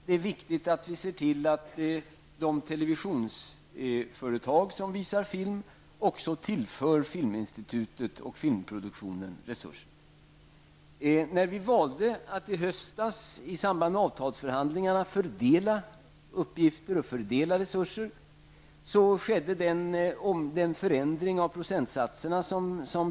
Det är viktigt att vi ser till att de televisionsföretag som visar filmer tillför Filminstitutet och filmproduktionen resurser. När vi i höstas i samband med avtalsförhandlingarna valde att fördela uppgifterna och fördela resurserna blev resultatet att det skedde en förändring av procentsatserna.